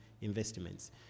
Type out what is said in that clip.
investments